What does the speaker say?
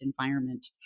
environment